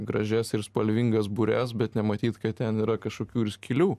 gražias ir spalvingas bures bet nematyt kad ten yra kažkokių ir skylių